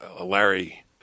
Larry